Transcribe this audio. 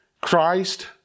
Christ